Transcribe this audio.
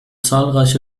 zahlreiche